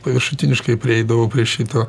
paviršutiniškai prieidavau prie šito